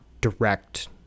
direct